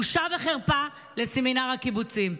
בושה וחרפה לסמינר הקיבוצים.